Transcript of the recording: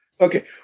Okay